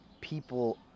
people